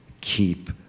Keep